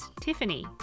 Tiffany